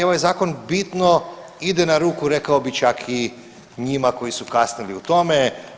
Ovaj zakon bitno ide na ruku rekao bih čak i njima koji su kasnili u tome.